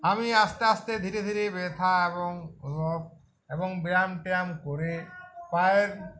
আমি আস্তে আস্তে ধীরে ধীরে ব্যেথা এবং অনুভব এবং ব্যায়াম ট্যায়াম করে পায়ের